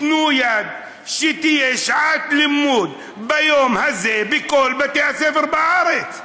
תהיה שעת לימוד ביום הזה בכל בתי הספר בארץ: